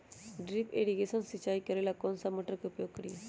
Drip irrigation सिंचाई करेला कौन सा मोटर के उपयोग करियई?